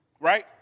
Right